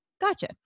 Gotcha